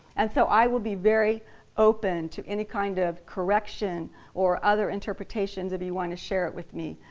and so i will be very open to any kind of correction or other interpretations if you want to share it with me.